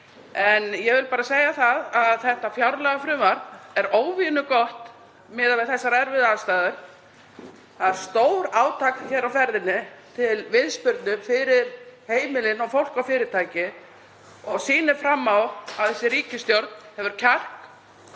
Ég vil bara segja það að þetta fjárlagafrumvarp er óvenju gott miðað við þessar erfiðu aðstæður. Það er stórátak á ferðinni til viðspyrnu fyrir heimilin og fólk og fyrirtæki sem sýnir að þessi ríkisstjórn hefur kjark